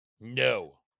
No